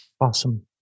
Awesome